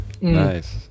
Nice